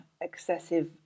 excessive